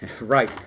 Right